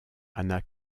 anna